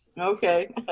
Okay